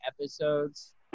episodes